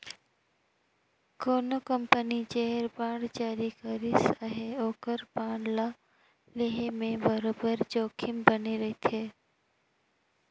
कोनो कंपनी जेहर बांड जारी करिस अहे ओकर बांड ल लेहे में बरोबेर जोखिम बने रहथे